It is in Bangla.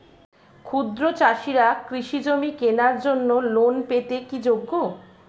ক্ষুদ্র চাষিরা কৃষিজমি কেনার জন্য লোন পেতে কি যোগ্য?